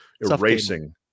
erasing